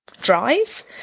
drive